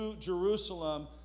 Jerusalem